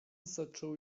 zaczął